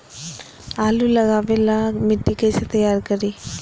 आलु लगावे ला मिट्टी कैसे तैयार करी?